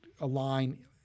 align